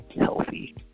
healthy